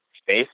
space